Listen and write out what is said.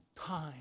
time